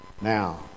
Now